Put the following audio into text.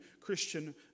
Christian